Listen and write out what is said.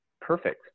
perfect